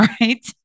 right